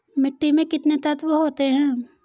मिट्टी में कितने तत्व होते हैं?